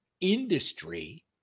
industry